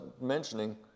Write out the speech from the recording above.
mentioning